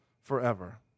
forever